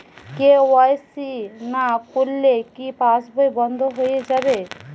KYC না করলে কি পাশবই বন্ধ হয়ে যাবে?